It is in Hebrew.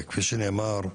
כפי שנאמר,